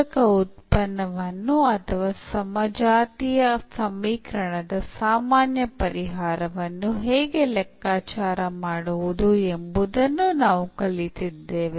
ಪೂರಕ ಉತ್ಪನ್ನವನ್ನು ಅಥವಾ ಸಮಜಾತೀಯ ಸಮೀಕರಣದ ಸಾಮಾನ್ಯ ಪರಿಹಾರವನ್ನು ಹೇಗೆ ಲೆಕ್ಕಾಚಾರ ಮಾಡುವುದು ಎಂಬುದನ್ನೂ ನಾವು ಕಲಿತಿದ್ದೇವೆ